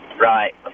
right